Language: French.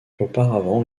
auparavant